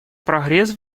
прогресс